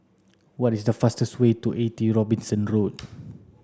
what is the fastest way to eighty Robinson Road